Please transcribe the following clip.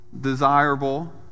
desirable